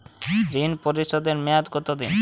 ঋণ পরিশোধের মেয়াদ কত দিন?